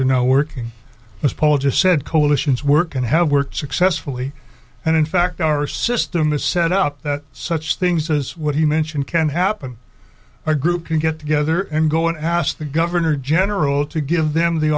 are now working as paul just said coalitions work and have worked successfully and in fact our system is set up such things as what he mentioned can happen or a group can get together and go and ask the governor general to give them the